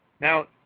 Now